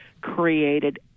created